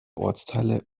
ortsteile